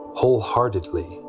wholeheartedly